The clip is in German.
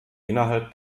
innerhalb